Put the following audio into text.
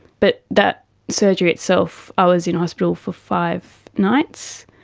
but that surgery itself, i was in hospital for five nights,